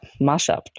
mashup